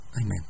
Amen